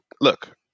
look